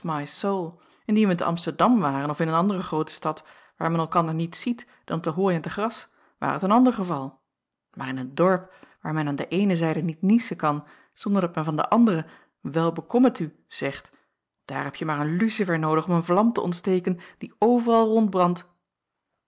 indien wij te amsterdam waren of in een andere groote stad waar men elkander niet ziet dan te hooi en te gras ware t een ander geval maar in een dorp waar men aan de eene zijde niet niezen kan zonder dat men van de andere wel bekom het u zegt daar hebje maar een lucifer noodig om een vlam te ontsteken die overal